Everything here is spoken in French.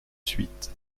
suite